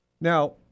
Now